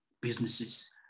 businesses